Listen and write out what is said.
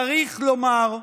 צריך לומר: